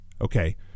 okay